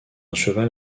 cheval